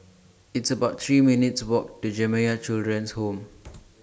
It's about three minutes' Walk to Jamiyah Children's Home